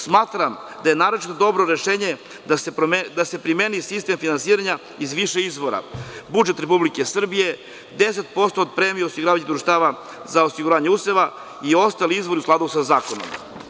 Smatram da je naročito dobro rešenje da se primeni sistem finansiranja iz više izvora, budžet Republike Srbije, 10% od premija osiguravajućih društava za osiguranje useva i ostali izvori u skladu sa zakonom.